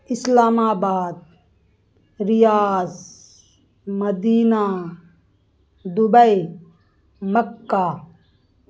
اسلام آباد Riyadh Medina Dubai مکہ